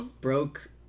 Broke